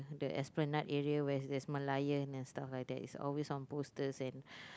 the esplanade area where there's Merlion and stuff like that it's always on posters and